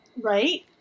Right